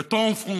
Le temp francais.